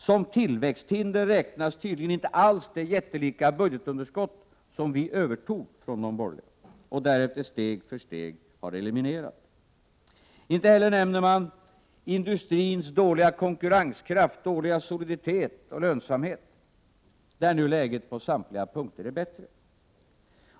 Som ”tillväxthinder” räknas tydligen inte alls det jättelika budgetunderskott som vi övertog från de borgerliga och därefter steg för steg har eliminerat. Inte heller nämner de borgerliga industrins dåliga konkurrenskraft, lönsamhet och soliditet — där nu läget på samtliga punkter är bättre.